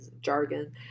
jargon